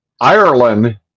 Ireland